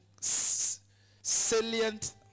salient